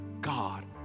God